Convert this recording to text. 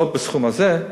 לא בסכום הזה,